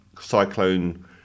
cyclone